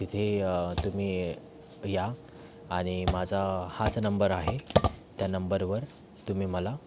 इथे तुम्ही या आणि माझा हाच नंबर आहे त्या नंबरवर तुम्ही मला